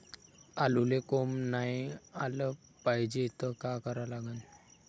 आलूले कोंब नाई याले पायजे त का करा लागन?